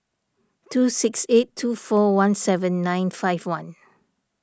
two six eight two four one seven nine five one